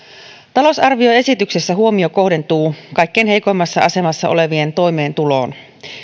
talousarvioesityksessä huomio kohdentuu kaikkein heikoimmassa asemassa olevien toimeentuloon